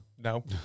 No